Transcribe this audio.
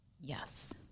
yes